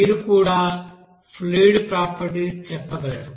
మీరు కూడా fluid properties చెప్పగలరు